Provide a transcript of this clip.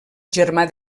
germà